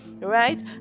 Right